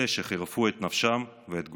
אלה שחירפו את נפשם ואת גופם,